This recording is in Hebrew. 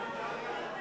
והגנת